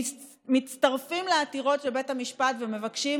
מצטרפים לעתירות לבית המשפט ומבקשים